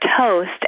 toast